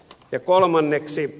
ja kolmanneksi